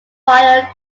fire